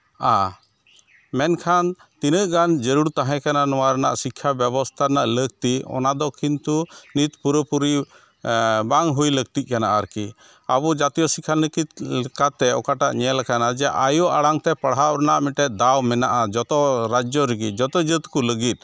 ᱢᱮᱱᱠᱷᱟᱱ ᱛᱤᱱᱟᱹᱜ ᱜᱟᱱ ᱡᱟᱹᱨᱩᱲ ᱛᱟᱦᱮᱸ ᱠᱟᱱᱟ ᱱᱚᱣᱟ ᱨᱮᱱᱟᱜ ᱥᱤᱠᱠᱷᱟ ᱵᱮᱵᱚᱥᱛᱷᱟ ᱨᱮᱱᱟᱜ ᱞᱟᱹᱠᱛᱤ ᱚᱱᱟ ᱫᱚ ᱠᱤᱱᱛᱩ ᱱᱤᱛ ᱯᱩᱨᱟᱹᱯᱩᱨᱤ ᱵᱟᱝ ᱦᱩᱭ ᱞᱟᱹᱠᱛᱤ ᱠᱟᱱᱟ ᱟᱨᱠᱤ ᱟᱵᱚ ᱡᱟᱛᱤᱭᱚ ᱥᱤᱠᱠᱷᱟᱱᱤᱛᱤ ᱞᱮᱠᱟᱛᱮ ᱚᱠᱟᱴᱟᱜ ᱧᱮᱞ ᱠᱟᱱᱟ ᱡᱮ ᱟᱭᱳ ᱟᱲᱟᱝ ᱛᱮ ᱯᱟᱲᱦᱟᱣ ᱨᱮᱱᱟᱜ ᱢᱤᱫᱴᱮᱡ ᱫᱟᱣ ᱢᱮᱱᱟᱜᱼᱟ ᱡᱚᱛᱚ ᱨᱟᱡᱽᱡᱚ ᱨᱮᱜᱮ ᱡᱚᱛᱚ ᱡᱟᱹᱛ ᱠᱚ ᱞᱟᱹᱜᱤᱫ